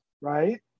right